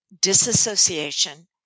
disassociation